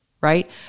Right